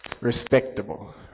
respectable